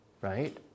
right